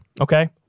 okay